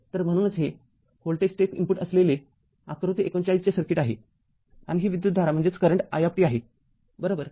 तर म्हणूनच हे व्होल्टेज स्टेप इनपुट असलेले आकृती ३९ चे सर्किट आहे आणि ही विद्युतधारा i आहे बरोबर